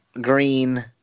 Green